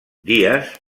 díaz